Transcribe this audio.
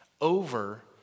over